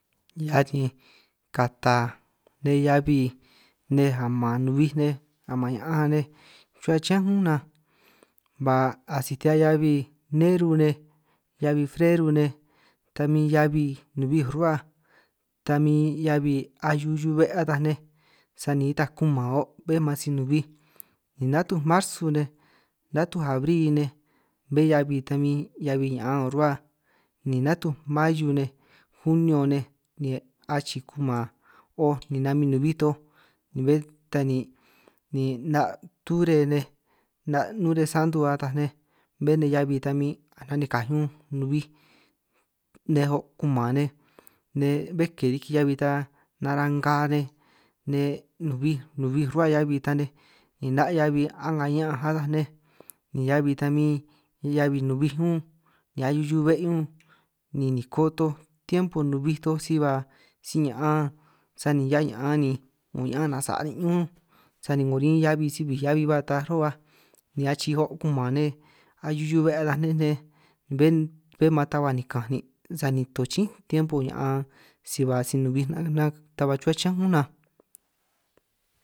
Hiaj ni kata nej heabi nej aman nubij nej aman ña'an nej chuhua chiñán 'unj nan, ba asij te 'hia heabi neru, heabi freru nej, ta min heabi nubij rruhua ta min heabi ahiu hiu 'be' ataj nej, sani itaj kuman o' be'é man si nubij natuj ni marsu nej natuj abri nej bé heabi tan min heabi ña'an nin' rruhua, ni natuj mayo, junio nej achii kuman oj ni namin nubij toj ni bé ta ni, ni 'na' tubre nej 'na' nuresantu ataj nej bé nej heabi a nanikaj ñunj nubij nej o' kuman nej, bé ke riki heabi ta nara nga nej nej nubij nubij rruhua 'hia heabi ta nej, ni 'na' heabi a'anga ña'anj ata nej ni heabi ni ta min heabi nubij ñún ni ahiu hiu 'be' ñun, ni niko toj tiempo nubij toj si ba si ña'an sani hia ña'an ni 'ngo ña'an nasa' nin' ñun, sani 'ngo rin heabi si bij heabi ba taj ru'baj ni achii o' kuman nej ahiu hiu 'be' ataj nej, bé man ta ba nikanj nin' sani toj chín tiempo ña'an si ba si nubij nan ta ba chuhua chiñánj únj nan.